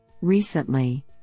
Recently